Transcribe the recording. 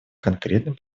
конкретным